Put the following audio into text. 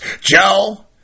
Joe